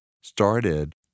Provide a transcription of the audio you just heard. started